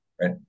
right